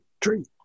tree